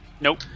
Nope